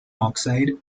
oxide